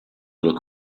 little